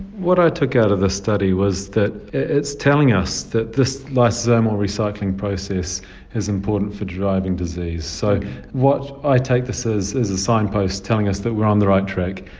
what i took out of the study was that it's telling us that this lysosomal recycling process is important for driving disease. so what i take this as is a signpost telling us that we are on the right track.